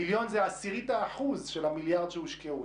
מיליון זה עשירית האחוז של המיליארד שהושקעו.